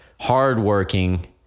hardworking